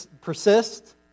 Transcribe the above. persist